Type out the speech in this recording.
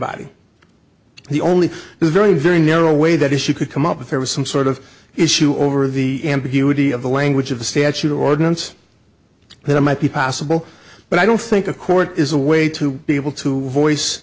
body the only very very narrow way that she could come up with there was some sort of issue over the beauty of the language of the statute ordinance that might be possible but i don't think a court is a way to be able to voice